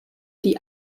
die